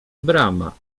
brama